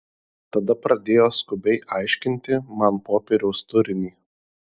tada pradėjo skubiai aiškinti man popieriaus turinį